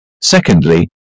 Secondly